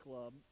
Club